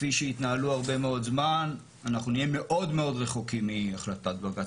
כפי שהתנהלו הרבה מאוד זמן אנחנו נהיה מאוד מאוד רחוקים מהחלטת בג"צ.